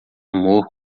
amor